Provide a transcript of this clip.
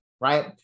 right